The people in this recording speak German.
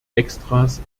extras